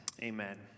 Amen